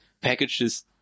packages